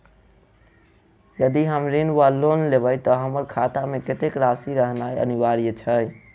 यदि हम ऋण वा लोन लेबै तऽ हमरा खाता मे कत्तेक राशि रहनैय अनिवार्य छैक?